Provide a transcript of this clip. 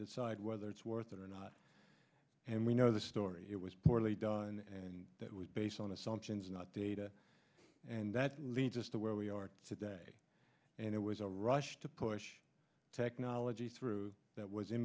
decide whether it's worth it or not and we know the story it was poorly done and that was based on assumptions not data and that leads us to where we are today and it was a rush to push technology through that was im